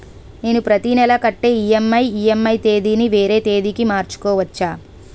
నేను నా ప్రతి నెల కట్టే ఈ.ఎం.ఐ ఈ.ఎం.ఐ తేదీ ని వేరే తేదీ కి మార్చుకోవచ్చా?